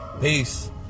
peace